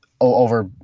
over